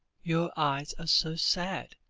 your eyes are so sad,